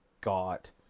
got